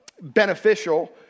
beneficial